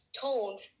told